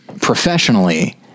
professionally